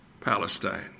Palestine